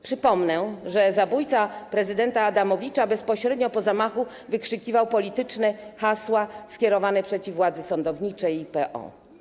Przypomnę, że zabójca prezydenta Adamowicza bezpośrednio po zamachu wykrzykiwał polityczne hasła skierowane przeciw władzy sądowniczej i PO.